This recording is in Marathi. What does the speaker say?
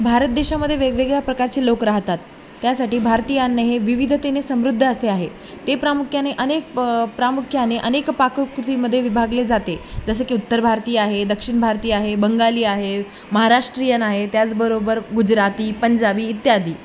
भारत देशामध्ये वेगवेगळ्या प्रकारचे लोक राहतात त्यासाठी भारतीयाने हे विविधतेने समृद्ध असे आहे ते प्रामुख्याने अनेक प्रामुख्याने अनेक पाककृतीमध्येे विभागले जाते जसं की उत्तर भारतीय आहे दक्षिण भारतीय आहे बंगाली आहे महाराष्ट्रीयन आहे त्याचबरोबर गुजराती पंजाबी इत्यादी